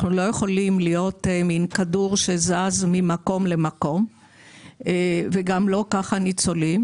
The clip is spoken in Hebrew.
אנחנו לא יכולים להיות מעין כדור שזז ממקום למקום וגם לא הניצולים.